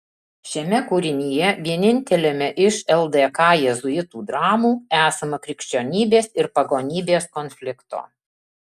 šiame kūrinyje vieninteliame iš ldk jėzuitų dramų esama krikščionybės ir pagonybės konflikto